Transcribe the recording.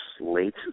late